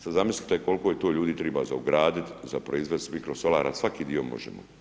Sad zamislite koliko je to ljudi triba za ugraditi, za proizvesti mikrosolara svaki dio možemo.